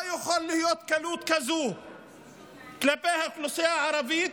קלות כזאת כלפי האוכלוסייה הערבית,